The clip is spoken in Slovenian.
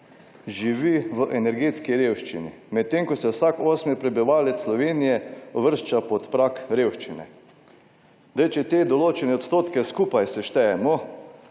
živi v energetski revščini, medtem ko se vsak osmi prebivalec Slovenije uvršča pod prag revščine.« Zdaj, če te določene odstotke skupaj seštejemo,